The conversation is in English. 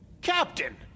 Captain